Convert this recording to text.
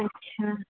अच्छा